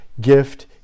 gift